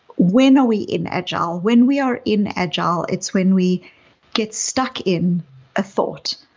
when are we inagile? when we are inagile, it's when we get stuck in a thought.